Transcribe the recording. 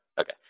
Okay